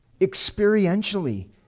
experientially